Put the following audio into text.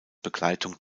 begleitung